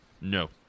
No